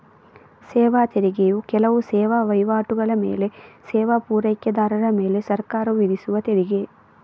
ಸೇವಾ ತೆರಿಗೆಯು ಕೆಲವು ಸೇವಾ ವೈವಾಟುಗಳ ಮೇಲೆ ಸೇವಾ ಪೂರೈಕೆದಾರರ ಮೇಲೆ ಸರ್ಕಾರವು ವಿಧಿಸುವ ತೆರಿಗೆ